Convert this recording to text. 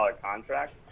contract